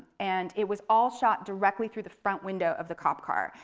and it was all shot directly through the front window of the cop car.